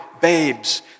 babes